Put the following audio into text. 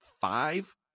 five